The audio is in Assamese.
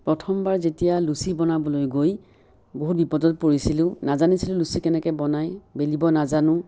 প্ৰথমবাৰ যেতিয়া লুচি বনাবলৈ গৈ বহুত বিপদত পৰিছিলোঁ নাজানিছিলোঁ লুচি কেনেকে বনায় বেলিব নাজানো